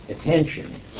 attention